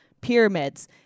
pyramids